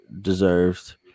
deserves